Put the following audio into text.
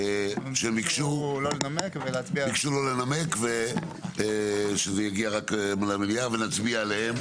ביקשו לא לנמק ושזה יגיע רק למליאה ושנצביע עליהם.